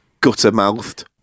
gutter-mouthed